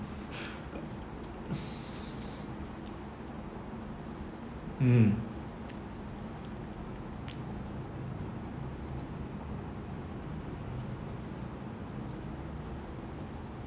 mm